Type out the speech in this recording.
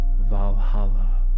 Valhalla